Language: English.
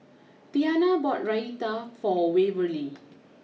Tiana bought Raita for Waverly